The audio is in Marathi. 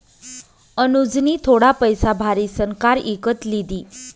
अनुजनी थोडा पैसा भारीसन कार इकत लिदी